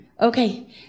Okay